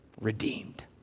redeemed